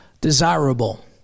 desirable